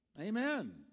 Amen